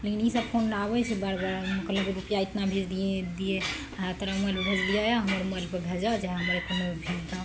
लेकिन ईसब फोन आबय छै बार बार मतलब की रूपैआ एतना भेज दिअ तोरा मोबाइलमे भेजलियौ हँ हमर मोबाइलपर भेजऽ जे हमर कोनो